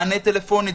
מענה טלפוני,